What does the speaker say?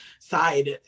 side